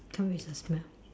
come with a smell